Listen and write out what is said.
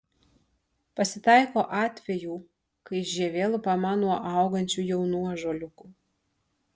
pasitaiko atvejų kai žievė lupama nuo augančių jaunų ąžuoliukų